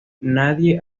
nadie